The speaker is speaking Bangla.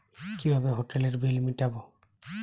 কিভাবে হোটেলের বিল মিটাব?